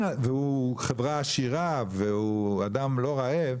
והוא חברה עשירה והוא אדם לא רעב,